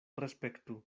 respektu